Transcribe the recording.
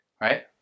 right